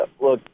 Look